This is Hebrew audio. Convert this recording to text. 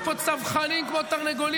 יש פה צווחנים כמו תרנגולים.